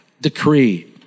decree